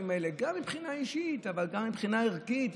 האלה גם מבחינה אישית וגם מבחינה ערכית,